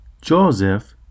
Joseph